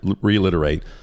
reiterate